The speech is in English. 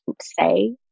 say